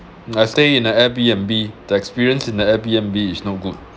I stay in the airbnb the experience in the air B_N_B is not good